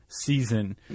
season